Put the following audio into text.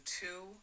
two